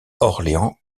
orléans